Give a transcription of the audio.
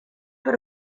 per